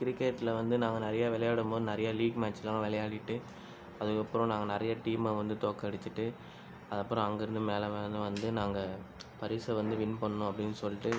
கிரிக்கெட்டில் வந்து நாங்கள் நிறைய விளையாடும்போது நிறைய லீக் மேட்ச்லாம் விளையாடிட்டு அதுக்கப்றம் நாங்கள் நிறைய டீம்மை வந்து தோற்கடிச்சிட்டு அது அப்பறம் அங்கேருந்து மேலே மேலே வந்து நாங்கள் பரிசை வந்து வின் பண்ணணும் அப்படினு சொல்லிட்டு